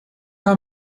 how